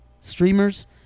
streamers